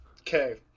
Okay